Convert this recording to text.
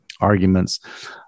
arguments